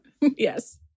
Yes